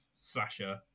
slasher